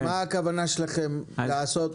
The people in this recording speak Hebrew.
מה הכוונה שלכם לעשות?